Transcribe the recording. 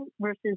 versus